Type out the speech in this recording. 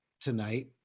tonight